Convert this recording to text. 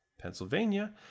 Pennsylvania